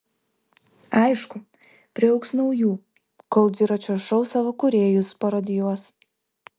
aišku priaugs naujų kol dviračio šou savo kūrėjus parodijuos